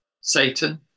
Satan